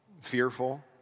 fearful